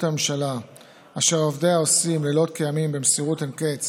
הממשלה אשר עובדיה עושים לילות כימים במסירות אין קץ